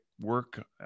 work